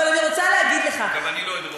גם אני לא אדרוך לך